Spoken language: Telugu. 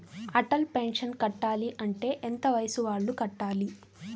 అటల్ పెన్షన్ కట్టాలి అంటే ఎంత వయసు వాళ్ళు కట్టాలి?